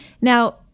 Now